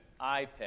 iPad